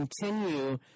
continue